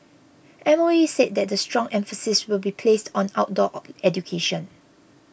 M O E said that strong emphasis will be placed on outdoor education